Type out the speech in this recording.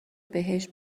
بهشت